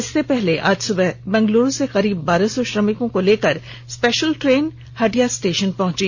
इससे पहले आज सुबह बेंगलुरू से करीब बारह सौ श्रमिकों को लेकर स्पेषल ट्रेन आज हटिया स्टेषन पहुंची